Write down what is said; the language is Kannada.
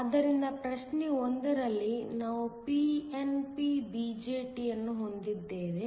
ಆದ್ದರಿಂದ ಪ್ರಶ್ನೆ 1 ರಲ್ಲಿ ನಾವು pnp BJT ಅನ್ನು ಹೊಂದಿದ್ದೇವೆ